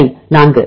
சரி 4